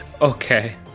Okay